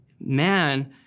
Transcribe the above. man